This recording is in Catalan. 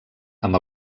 amb